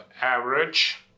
average